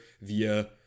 via